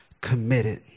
committed